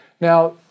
Now